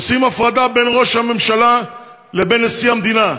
עושים הפרדה בין ראש הממשלה לבין נשיא המדינה.